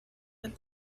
but